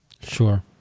Sure